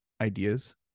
Ideas